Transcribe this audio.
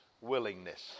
Willingness